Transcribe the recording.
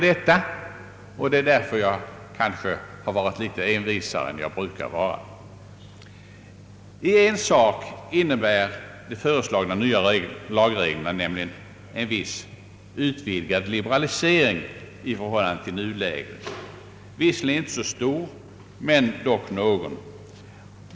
Det är kanske därför som jag i detta ärende har varit litet envisare än jag brukar vara. I ett avseende innebär de föreslagna nya lagreglerna en viss utvidgad liberalisering i förhållande till nuläget, visserligen inte så stor men dock någon.